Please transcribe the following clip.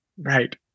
right